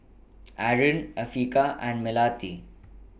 Aaron Afiqah and Melati